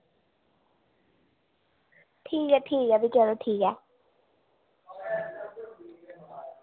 ठीक ऐ ठीक ऐ भी चलो ठीक ऐ